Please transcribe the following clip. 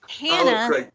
Hannah